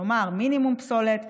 כלומר מינימום פסולת,